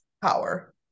power